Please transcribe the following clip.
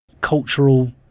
cultural